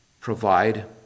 provide